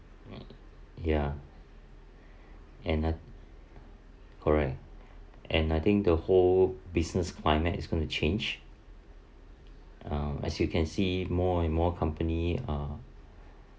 ya and the correct and I think the whole business climate is going to change um as you can see more and more company uh